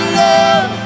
love